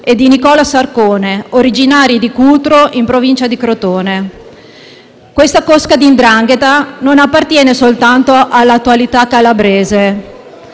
e di Nicola Sarcone, originari di Cutro, in provincia di Crotone. Questa cosca della 'ndrangheta non appartiene soltanto all'attualità calabrese,